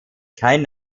kein